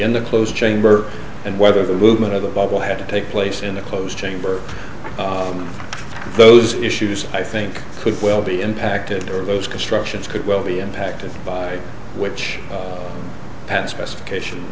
a closed chamber and whether the movement of the bubble had to take place in a closed chamber those issues i think could well be impacted those constructions could well be impacted by which pad specifications